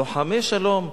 לוחמי שלום.